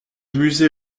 musée